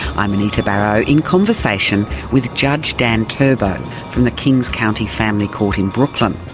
i'm anita barraud, in conversation with judge dan turbow from the king's county family court in brooklyn.